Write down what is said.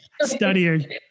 Studying